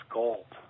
gold